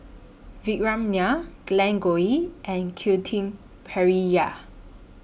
Vikram Nair Glen Goei and Quentin Pereira